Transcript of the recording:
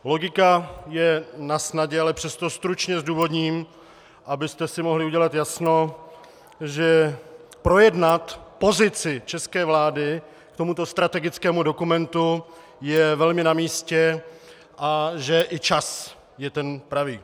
Logika je nasnadě, ale přesto stručně zdůvodním, abyste si mohli udělat jasno, že projednat pozici české vlády k tomuto strategickému dokumentu je velmi namístě a že i čas je ten pravý.